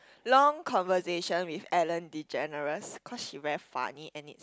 long conversation with Ellen-DeGeneres cause she very funny and it